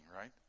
right